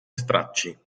stracci